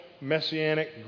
messianic